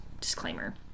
disclaimer